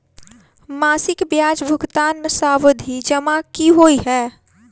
मासिक ब्याज भुगतान सावधि जमा की होइ है?